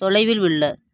தொலைவில் உள்ள